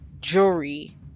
jury